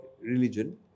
religion